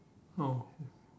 oh